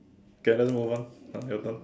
okay let's move on ah your turn